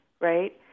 right